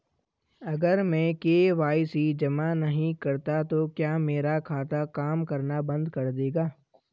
अगर मैं के.वाई.सी जमा नहीं करता तो क्या मेरा खाता काम करना बंद कर देगा?